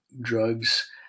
drugs